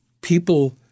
people